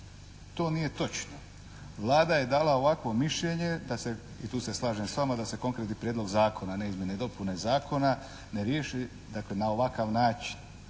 To nije točno. Vlada je dala ovakvo mišljenje da se, i tu se slažem s vama da se konkretni prijedlog zakona, ne izmjene i dopune zakona, ne riješi, dakle na ovakav način.